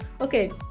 Okay